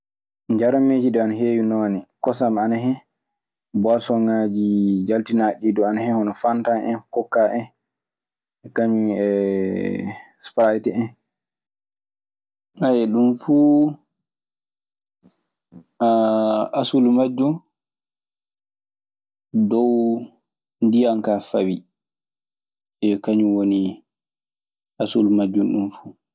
Njarameeji ana heewi noone kosam ana hen, boosonŋaaji jaltinaaɗi ɗii duu. Ana hen hono fanta en kokka en e esparayte en. Ɗun fuu asulu majjun dow ndiyan kaa fawii. Eey, Kañun woni asulu majjun, ɗun fuu.